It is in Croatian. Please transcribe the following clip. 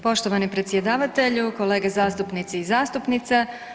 Poštovani predsjedavatelju, kolege zastupnici i zastupnice.